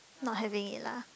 not having it lah